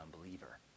unbeliever